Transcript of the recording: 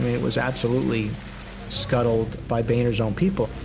it was absolutely scuttled by boehner's own people.